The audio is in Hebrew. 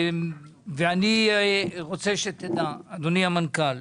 אני רוצה שתדע, אדוני המנכ"ל,